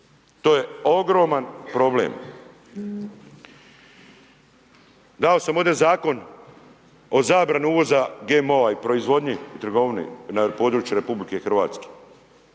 To je ogroman problem. Dao sam ovdje Zakon o zabrani uvoza GMO-a i proizvodnje i trgovine na području RH. Vlada kaže,